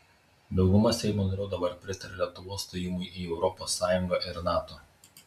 dauguma seimo narių dabar pritaria lietuvos stojimui į europos sąjungą ir nato